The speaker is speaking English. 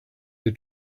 they